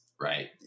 right